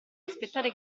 aspettare